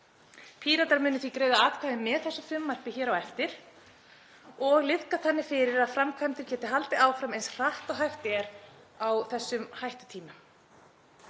Píratar munu því greiða atkvæði með þessu frumvarpi hér á eftir og liðka þannig fyrir að framkvæmdir geti haldið áfram eins hratt og hægt er á þessum hættutímum.